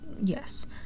Yes